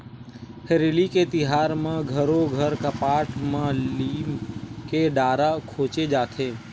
हरेली के तिहार म घरो घर कपाट म लीम के डारा खोचे जाथे